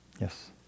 Yes